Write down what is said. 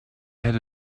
had